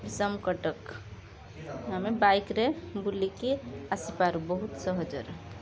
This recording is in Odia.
ବିଷମକଟକ ଆମେ ବାଇକ୍ରେ ବୁଲିକି ଆସିପାରୁ ବହୁତ ସହଜରେ